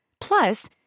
Plus